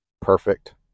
perfect